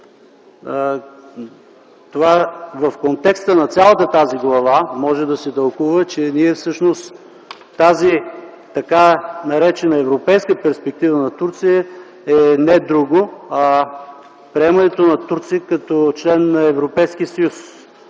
В контекста на цялата тази глава може да се тълкува, че ние всъщност тази така наречена европейска перспектива на Турция е не друго, а приемането на Турция като член на Европейския съюз,